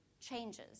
changes